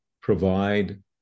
provide